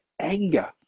anger